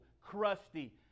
crusty